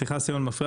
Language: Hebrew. סליחה על ההפרעה,